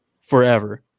forever